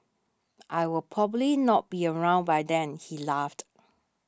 I will probably not be around by then he laughed